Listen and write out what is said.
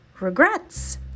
regrets